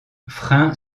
frein